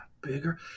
bigger